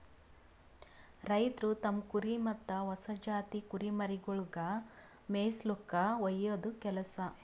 ರೈತ್ರು ತಮ್ಮ್ ಕುರಿ ಮತ್ತ್ ಹೊಸ ಜಾತಿ ಕುರಿಮರಿಗೊಳಿಗ್ ಮೇಯಿಸುಲ್ಕ ಒಯ್ಯದು ಕೆಲಸ